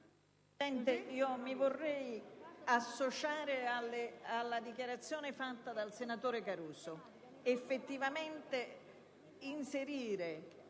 vorrei associarmi alla dichiarazione fatta dal senatore Caruso.